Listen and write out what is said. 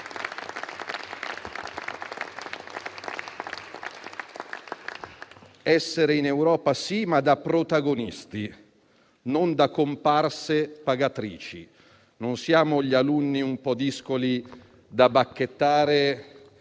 Essere in Europa, sì, ma da protagonisti, non da comparse pagatrici. Non siamo gli alunni un po' discoli da bacchettare